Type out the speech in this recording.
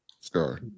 Sorry